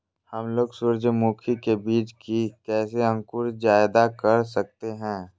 हमलोग सूरजमुखी के बिज की कैसे अंकुर जायदा कर सकते हैं?